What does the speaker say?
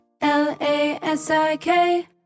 L-A-S-I-K